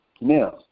Now